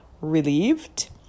relieved